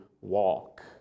walk